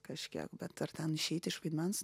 kažkiek bet ar ten išeiti iš vaidmens